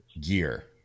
gear